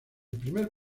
primer